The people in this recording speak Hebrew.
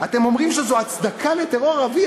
אתם אומרים שזו הצדקה לטרור ערבי.